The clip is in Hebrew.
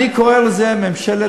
ממשלה